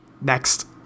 Next